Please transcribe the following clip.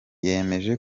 yemeje